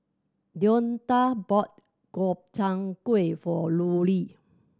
Deonta bought Gobchang Gui for Lulie